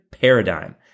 paradigm